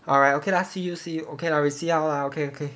alright okay lah see you see you okay lah we see how lah okay okay